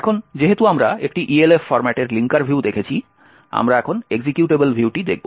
এখন যেহেতু আমরা একটি ELF ফরম্যাটের লিঙ্কার ভিউ দেখেছি আমরা এখন এক্সিকিউটেবল ভিউটি দেখব